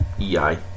EI